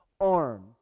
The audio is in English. arm